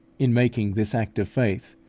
in making this act of faith,